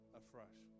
afresh